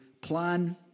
plan